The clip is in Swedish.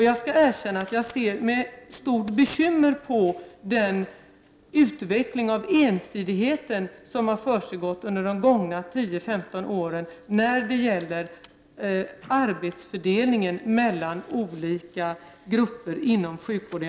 Jag skall erkänna att jag ser med stort bekymmer på den utveckling av ensidigheten som har försiggått under de senaste 10-15 åren när det gäller arbetsfördelningen mellan olika grupper inom sjukvården.